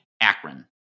Akron